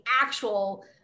actual